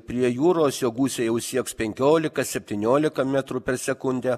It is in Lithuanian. prie jūros jo gūsiai jau sieks penkiolika septyniolika metrų per sekundę